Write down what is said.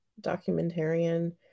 documentarian